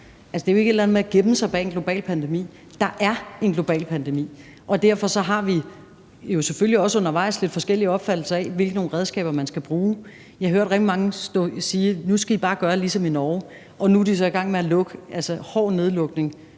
et eller andet med at gemme sig bag en global pandemi; der er en global pandemi. Derfor har vi selvfølgelig også undervejs lidt forskellige opfattelser af, hvilke redskaber man skal bruge. Jeg hørte rigtig mange sige: Nu skal I bare gøre ligesom i Norge. Og nu er de så i gang med en hård nedlukning